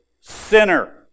Sinner